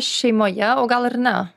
šeimoje o gal ir ne